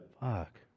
Fuck